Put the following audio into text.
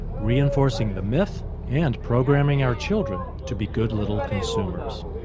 reinforcing the myth and programming our children to be good little consumers.